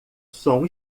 som